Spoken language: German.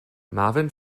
marvin